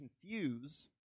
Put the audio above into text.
confuse